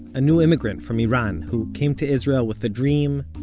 a new immigrant from iran, who came to israel with a dream,